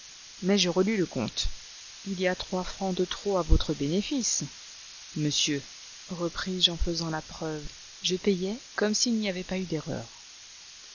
mais je relus le compte il y a trois francs de trop à votre bénéfice monsieur repris-je en faisant la preuve je payai comme s'il n'y avait pas eu d'erreur